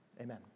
amen